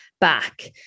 back